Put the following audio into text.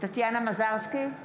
טטיאנה מזרסקי,